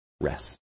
rest